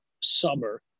summer